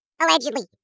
Allegedly